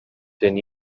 ten